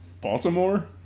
Baltimore